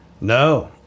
No